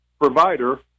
provider